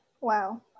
Wow